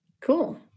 Cool